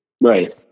Right